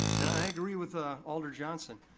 and i agree with ah alder johnson,